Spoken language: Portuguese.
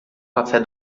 café